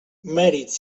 mèrits